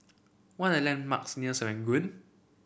what are the landmarks near Serangoon